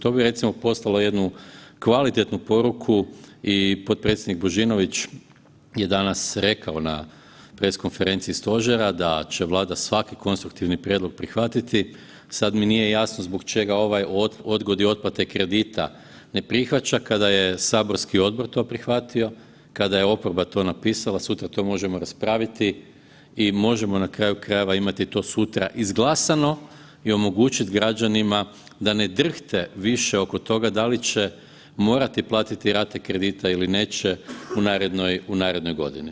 To bi recimo poslalo jednu kvalitetnu poruku i potpredsjednik Božinović je danas rekao na pres konferenciji stožera da će Vlada svaki konstruktivni prijedlog prihvatiti, sad mi nije jasno zbog čega ovaj o odgodi otplate kredita ne prihvaća kada je saborski odbor to prihvatio, kada je oporba to napisala, sutra to možemo raspraviti i možemo na kraju krajeva imati to sutra izglasano i omogućit građanima da ne drhte više oko toga da li će morati platiti rate kredita ili neće u narednoj, u narednoj godini.